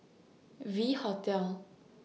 V Hotel